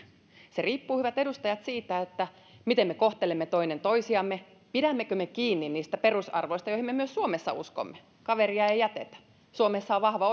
se riippuu hyvät edustajat siitä miten me kohtelemme toinen toisiamme ja pidämmekö me kiinni niistä perusarvoista joihin me myös suomessa uskomme kaveria ei jätetä suomessa on vahva